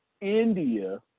India